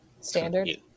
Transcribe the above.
Standard